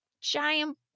giant